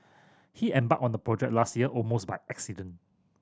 he embarked on the project last year almost by accident